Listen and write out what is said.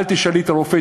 אל תשאלי את הרופא,